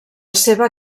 seva